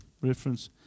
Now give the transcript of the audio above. reference